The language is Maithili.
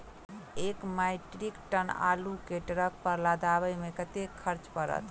एक मैट्रिक टन आलु केँ ट्रक पर लदाबै मे कतेक खर्च पड़त?